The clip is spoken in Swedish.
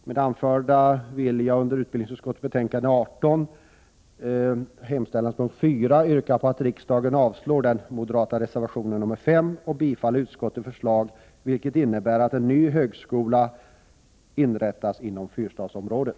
Med det anförda vill jag under utbildningsutskottets betänkande 18, punkt 4i hemställan, yrka att riksdagen avslår den moderata reservationen nr 5 och bifaller utskottets förslag, vilket innebär att en ny högskola inrättas inom Fyrstadsområdet.